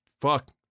Fuck